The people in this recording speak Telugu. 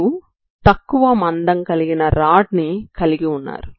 మీరు తక్కువ మందం కలిగిన రాడ్ ని కలిగి ఉన్నారు